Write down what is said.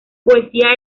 poesía